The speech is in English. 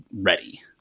ready